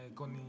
con